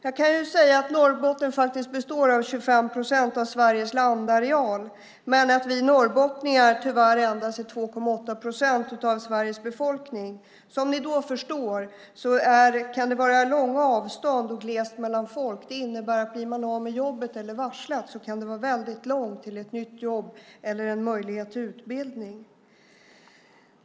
Jag kan säga att Norrbotten består av 25 procent av Sveriges landareal men att vi norrbottningar tyvärr är endast 2,8 procent av Sveriges befolkning. Som ni förstår kan det då vara långa avstånd och glest mellan folk. Det innebär att den som blir av med jobbet eller varslas kan ha väldigt långt till ett nytt jobb eller en möjlighet till utbildning.